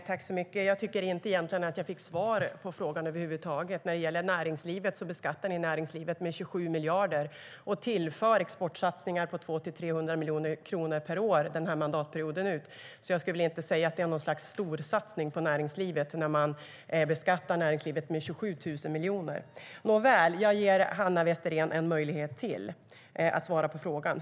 Herr ålderspresident! Jag tycker egentligen inte att jag fick svar på frågan över huvud taget. Ni beskattar näringslivet med 27 miljarder samtidigt som ni tillför exportsatsningar med 200-300 miljoner kronor per år mandatperioden ut. Jag skulle inte vilja kalla det en storsatsning på näringslivet när man beskattar näringslivet med 27 000 miljoner. Nåväl, jag ger Hanna Westerén en ytterligare möjlighet att svara på frågan.